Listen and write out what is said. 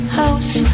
house